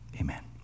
amen